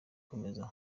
akomereza